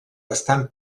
estan